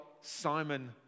Simon